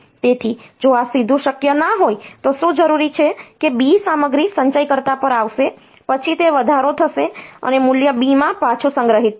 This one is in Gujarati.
તેથી જો આ સીધું શક્ય ન હોય તો શું જરૂરી છે કે B સામગ્રી સંચયકર્તા પર આવશે પછી તે વધારો થશે અને મૂલ્ય B માં પાછું સંગ્રહિત થશે